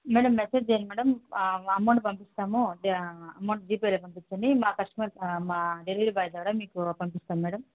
madam message చెయ్యండి madam ఆ amount పంపిస్తాము అమౌంట్ జీపేలో పంపించండి మా కస్టమర్ మా డెలివరీ బాయ్ ద్వారా మీకు పంపిస్తాం మేడం